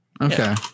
Okay